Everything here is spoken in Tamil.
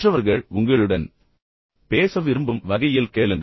மற்றவர்கள் உங்களுடன் பேச விரும்பும் வகையில் கேளுங்கள்